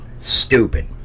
Stupid